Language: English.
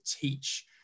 teach